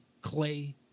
Clay